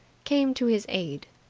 came to his aid.